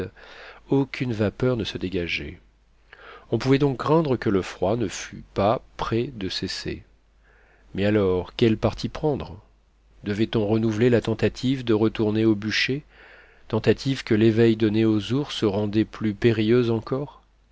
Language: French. aucune vapeur ne se dégageait on pouvait donc craindre que le froid ne fût pas près de cesser mais alors quel parti prendre devait-on renouveler la tentative de retourner au bûcher tentative que l'éveil donné aux ours rendait plus périlleuse encore